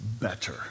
better